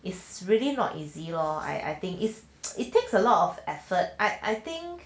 it's really not easy lor I I think is it takes a lot of effort I I think